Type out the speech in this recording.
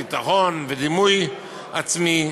בביטחון ודימוי עצמי,